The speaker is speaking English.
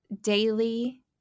daily